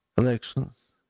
Elections